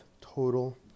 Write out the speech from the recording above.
total